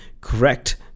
correct